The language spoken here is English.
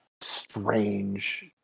strange